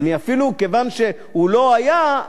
כיוון שהוא לא היה,